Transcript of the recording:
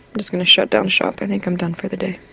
just going to shut down shop, i think i'm done for the day.